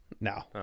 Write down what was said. no